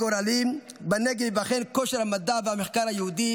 "בנגב ייבחן כושר המדע והמחקר היהודי